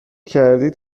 کردید